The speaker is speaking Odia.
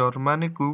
ଜର୍ମାନୀକୁ